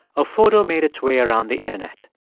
a photo made its way around the internet.